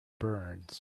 burns